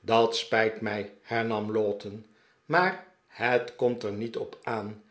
dat spijt mij hernam lowten maar het komt er niet op aan